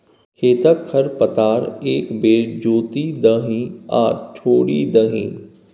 खेतक खर पतार एक बेर जोति दही आ छोड़ि दही